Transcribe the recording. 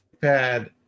pad